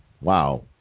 Wow